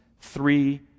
three